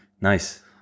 Nice